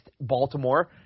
Baltimore